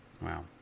Wow